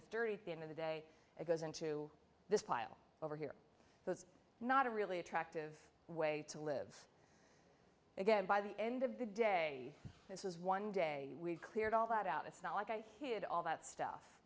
h dirty at the end of the day it goes into this pile over here so it's not a really attractive way to live again by the end of the day this is one day we've cleared all that out it's not like i did all that stuff